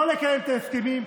לא לקיים את ההסכמים.